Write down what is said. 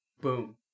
Boom